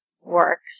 works